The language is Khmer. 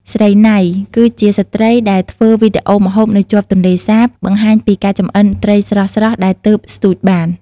ស្រីណៃ គឺជាស្ត្រីដែលធ្វើវីដេអូម្ហូបនៅជាប់ទន្លេសាប បង្ហាញពីការចម្អិនត្រីស្រស់ៗដែលទើបស្ទូចបាន។